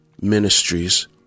Ministries